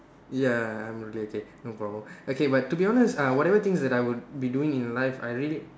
ya okay okay no problem okay but to be honest whatever things that I would be doing in life I really